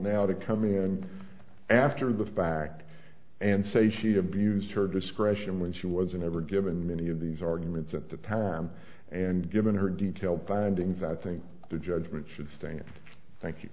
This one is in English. now to come in after the fact and say she abused her discretion when she was never given many of these arguments at the time and given her detailed findings i think the judgment should stand thank you